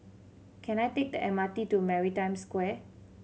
can I take the M R T to Maritime Square